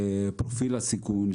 פרופיל הסיכון,